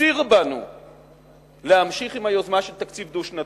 הפציר בנו להמשיך ביוזמה של תקציב דו-שנתי,